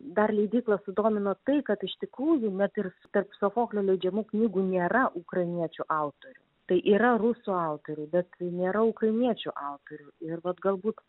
dar leidyklą sudomino tai kad iš tikrųjų net ir tarp sofoklio leidžiamų knygų nėra ukrainiečių autorių tai yra rusų autoriai bet nėra ukrainiečių autorių ir vat galbūt